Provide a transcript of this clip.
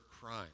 crime